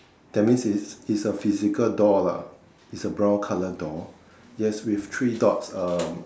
that mean it's it's a physical door lah it's a brown colour door yes with three dots um